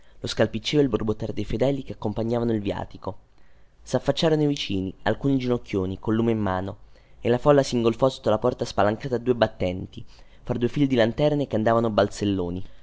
lo scalpiccío e il borbottare dei fedeli che accompagnavano il viatico saffacciarono i vicini alcuni ginocchioni col lume in mano e la folla singolfò sotto la porta spalancata a due battenti fra due file di lanterne che andavano balzelloni